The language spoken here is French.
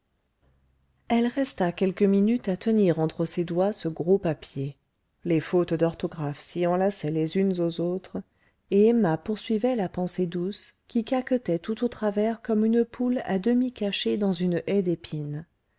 elle resta quelques minutes à tenir entre ses doigts ce gros papier les fautes d'orthographe s'y enlaçaient les unes aux autres et emma poursuivait la pensée douce qui caquetait tout au travers comme une poule à demi cachée dans une haie d'épines